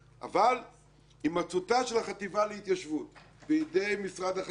אבל הימצאותה של החטיבה להתיישבות בידי משרד החקלאות,